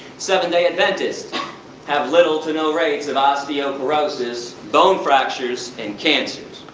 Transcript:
seven day adventists have little to no rates of osteoporosis, bone fractures and cancers.